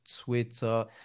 twitter